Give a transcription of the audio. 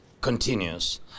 continues